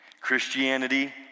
Christianity